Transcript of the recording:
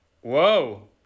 Whoa